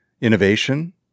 innovation